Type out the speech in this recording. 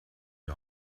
die